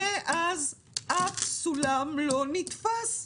מאז אף סולם לא נתפס.